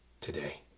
today